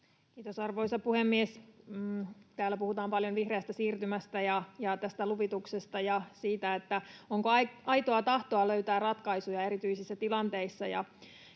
Kiitos, arvoisa puhemies! Täällä puhutaan paljon vihreästä siirtymästä ja luvituksesta ja siitä, onko aitoa tahtoa löytää ratkaisuja erityisissä tilanteissa.